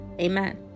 Amen